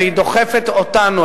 והיא דוחפת אותנו,